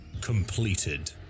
completed